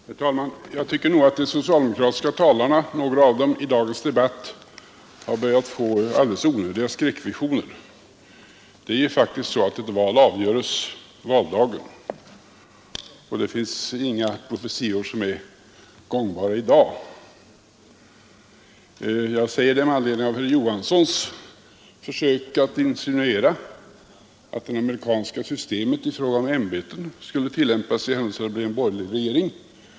Herr talman! Jag tycker nog att några av de socialdemokratiska talarna i dagens debatt har börjat få alldeles onödiga skräckvisioner. Det är faktiskt så att ett val avgörs valdagen, och det finns inga profetior som är gångbara i dag. Jag säger det med anledning av herr Johanssons i Trollhättan försök att insinuera att det amerikanska systemet i fråga om ämbeten skulle tillämpas i händelse av att det blir en borgerlig regering.